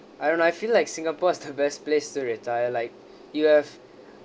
I don't know I feel like singapore is the best place to retire like you have